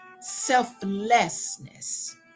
selflessness